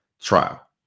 trial